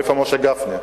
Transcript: איפה משה גפני?